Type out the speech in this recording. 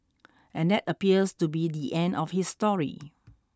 and that appears to be the end of his story